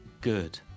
good